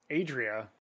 adria